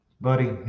buddy